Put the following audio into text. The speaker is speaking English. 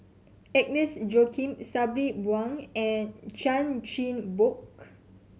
Agnes Joaquim Sabri Buang and Chan Chin Bock